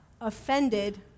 Offended